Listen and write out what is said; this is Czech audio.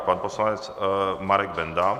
Pan poslanec Marek Benda.